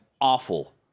awful